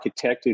architected